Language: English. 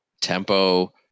Tempo